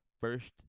First